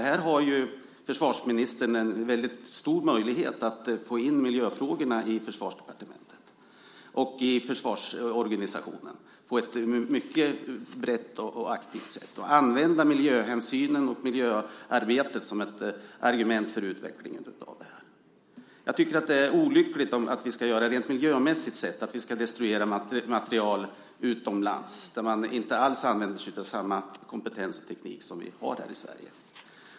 Här har därför försvarsministern en väldigt stor möjlighet att få in miljöfrågorna i Försvarsdepartementet och i försvarsorganisationen på ett mycket brett och aktivt sätt. Man kan använda miljöhänsynen och miljöarbetet som ett argument för utveckling av detta. Jag tycker att det rent miljömässigt är olyckligt att vi ska destruera materiel utomlands där man inte alls använder sig av samma kompetens och teknik som vi har i Sverige.